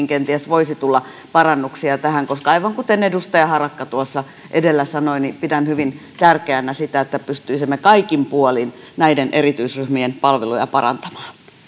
kenties voisi tulla parannuksia tähän aivan kuten edustaja harakka tuossa edellä sanoi pidän hyvin tärkeänä sitä että pystyisimme kaikin puolin näiden erityisryhmien palveluja parantamaan